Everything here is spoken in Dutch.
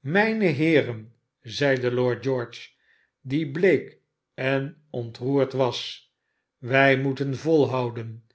mijne heeren zeide lord george die bleek en ontroerd was wij moeten volhouden